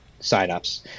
signups